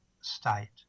state